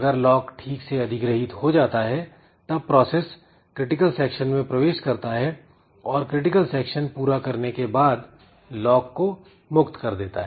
अगर लॉक ठीक से अधिग्रहीत हो जाता है तब प्रोसेस क्रिटिकल सेक्शन में प्रवेश करता है और क्रिटिकल सेक्शन पूरा करने के बाद लॉक को मुक्त कर देता